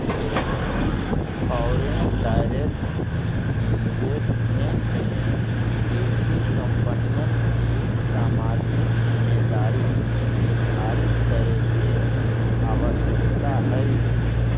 foreign direct investment में विदेशी कंपनिय के सामाजिक जिम्मेदारी निर्धारित करे के आवश्यकता हई